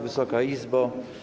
Wysoka Izbo!